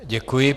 Děkuji.